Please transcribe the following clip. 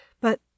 but